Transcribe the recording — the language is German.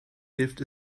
hilft